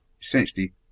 essentially